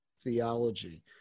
theology